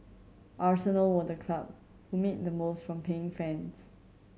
Arsenal were the club who made the most from paying fans